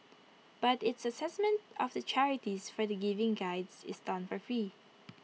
but its Assessment of the charities for the giving Guides is done for free